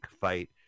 fight